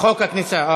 חוק הכניסה.